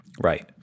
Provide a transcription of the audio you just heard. Right